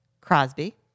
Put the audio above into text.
Crosby